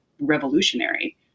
revolutionary